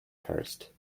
first